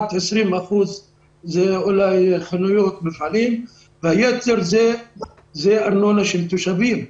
20% זה מחנויות ומפעלים והיתר הוא מארנונה של תושבים.